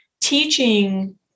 teaching